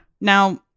Now